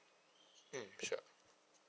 mm sure